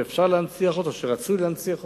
שאפשר להנציח אותו ושרצוי להנציח אותו,